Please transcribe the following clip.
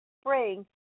spring